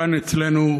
כאן אצלנו,